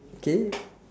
K